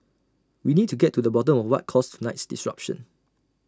we need to get to the bottom of what caused tonight's disruption